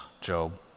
Job